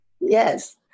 Yes